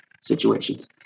situations